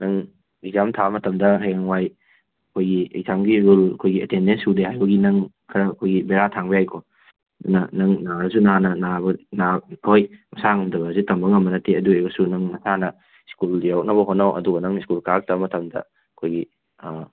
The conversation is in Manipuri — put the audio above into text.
ꯅꯪ ꯑꯦꯛꯖꯥꯝ ꯊꯥꯕ ꯃꯇꯝꯗ ꯍꯌꯦꯡꯋꯥꯏ ꯑꯩꯈꯣꯏꯒꯤ ꯑꯦꯛꯖꯥꯝꯒꯤ ꯔꯨꯜ ꯑꯩꯈꯣꯏꯒꯤ ꯑꯦꯇꯦꯟꯗꯦꯟꯁ ꯁꯨꯗꯦ ꯍꯥꯏꯕꯒꯤ ꯅꯪ ꯈꯔ ꯑꯩꯈꯣꯏꯒꯤ ꯕꯦꯔꯥ ꯊꯥꯡꯕ ꯌꯥꯏꯀꯣ ꯑꯗꯨꯅ ꯅꯪ ꯅꯥꯔꯁꯨ ꯅꯥꯅ ꯅꯥꯕ ꯍꯣꯏ ꯅꯁꯥ ꯉꯝꯗꯕꯁꯤ ꯇꯝꯕ ꯉꯝꯕ ꯅꯠꯇꯦ ꯑꯗꯨ ꯑꯣꯏꯔꯒꯁꯨ ꯅꯪꯅ ꯅꯁꯥꯅ ꯁ꯭ꯀꯨꯜ ꯌꯧꯔꯛꯅꯕ ꯍꯣꯠꯅꯧ ꯑꯗꯨꯒ ꯅꯪ ꯁ꯭ꯀꯨꯜ ꯀꯥꯔꯛꯇꯕ ꯃꯇꯝꯗ ꯑꯩꯈꯣꯏꯒꯤ